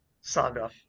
saga